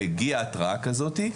והגיעה התראה כזאת,